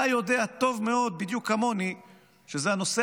אתה יודע טוב מאוד בדיוק כמוני שזה הנושא